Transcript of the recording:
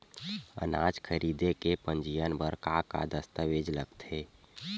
अनाज खरीदे के पंजीयन बर का का दस्तावेज लगथे?